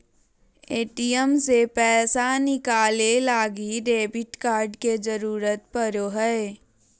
ATM से पैसा निकाले लगी डेबिट कार्ड के जरूरत पड़ो हय